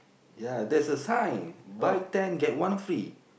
ya there's a sign buy ten get one free